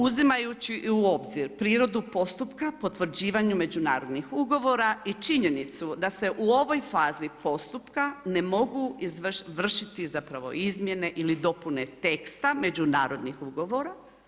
Uzimajući i u obzir prirodu postupka, potvrđivanju međunarodnih ugovora, i činjenicu da se u ovoj fazi postupka ne mogu izvršiti izmjene ili dopune teksta, međunarodnim ugovora.